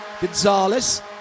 Gonzalez